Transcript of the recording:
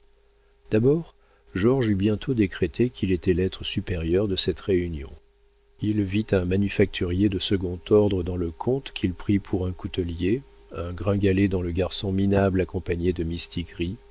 d'abord georges eut bientôt décrété qu'il était l'être supérieur de cette réunion il vit un manufacturier de second ordre dans le comte qu'il prit pour un coutelier un gringalet dans le garçon minable accompagné de